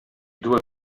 due